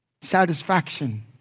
satisfaction